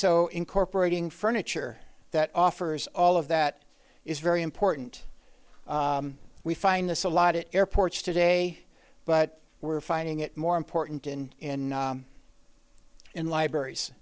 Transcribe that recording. so incorporating furniture that offers all of that is very important we find this a lot at airports today but we're finding it more important in in libraries